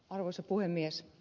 arvoisa puhemies